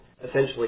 essentially